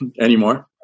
anymore